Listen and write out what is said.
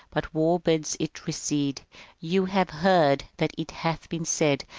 but war bids it recede you have heard that it hath been said,